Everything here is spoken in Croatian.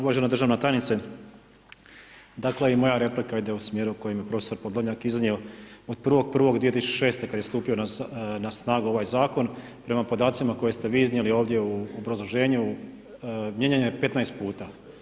Uvažena državna tajnice, dakle i moja replika ide u smjeru u kojoj je prof. Podolnjak iznio, od 1.1.2006. ka d je stupio na snagu ovaj zakon prema podacima koje ste vi iznijeli ovdje u obrazloženju, mijenjan je 15 puta.